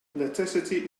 necessity